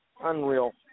unreal